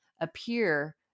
appear